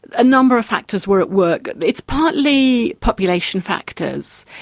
a number of factors were at work. it's partly population factors.